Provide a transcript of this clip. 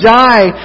die